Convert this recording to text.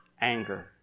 anger